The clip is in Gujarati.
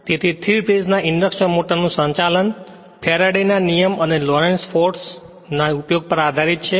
તેથી થ્રી ફેજ ના ઇન્ડક્શન મોટરનું સંચાલન ફેરાડે ના નિયમ Faraday's Law અને લોરેંત્જ ફોર્સ ના ઉપયોગો પર આધારિત છે